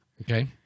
Okay